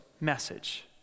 message